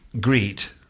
Greet